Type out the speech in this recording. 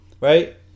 right